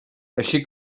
així